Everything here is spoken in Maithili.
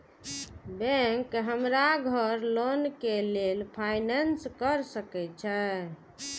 बैंक हमरा घर लोन के लेल फाईनांस कर सके छे?